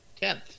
Tenth